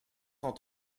cent